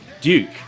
duke